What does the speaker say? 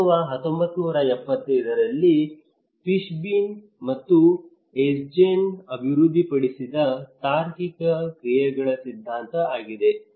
ಅಥವಾ 1975 ರಲ್ಲಿ ಫಿಶ್ಬೀನ್ ಮತ್ತು ಅಜ್ಜೆನ್ ಅಭಿವೃದ್ಧಿಪಡಿಸಿದ ತಾರ್ಕಿಕ ಕ್ರಿಯೆಗಳ ಸಿದ್ಧಾಂತ ಆಗಿದೆ